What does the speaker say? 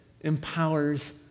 empowers